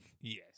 Yes